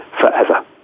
forever